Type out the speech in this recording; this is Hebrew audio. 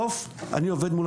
בסוף אני עובד מול